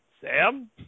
Sam